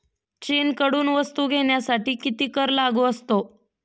चीनकडून वस्तू घेण्यासाठी किती कर लागू असतो?